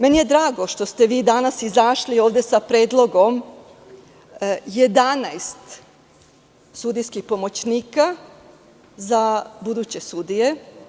Meni je drago što ste vi danas izašli ovde sa predlogom 11 sudijskih pomoćnika za buduće sudije.